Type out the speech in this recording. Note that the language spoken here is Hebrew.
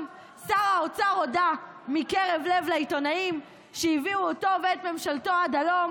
שר האוצר הודה מקרב לב לעיתונאים שהביאו אותו ואת ממשלתו עד הלום.